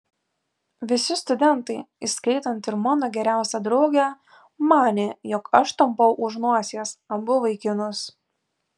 visi studentai įskaitant ir mano geriausią draugę manė jog aš tampau už nosies abu vaikinus